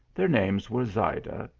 their names were zayda,